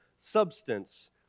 substance